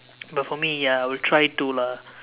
but for me ya I will try to lah